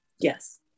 Yes